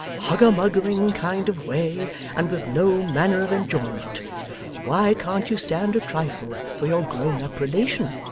hugger-muggering kind of way and with no manner of enjoyment why can't you stand a trifle for your grown-up relation?